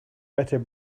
better